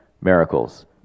miracles